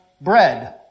bread